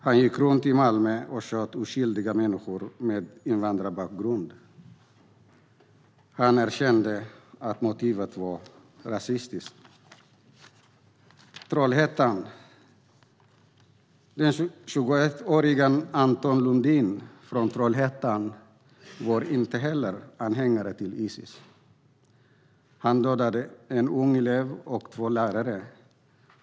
Han gick runt i Malmö och sköt oskyldiga människor med invandrarbakgrund. Han erkände att motivet var rasistiskt. Den 21-årige Anton Lundin från Trollhättan var inte anhängare till IS. Han dödade en ung elev och två lärare.